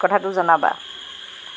কথাটো জনাবা